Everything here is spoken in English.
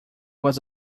was